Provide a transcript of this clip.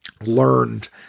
learned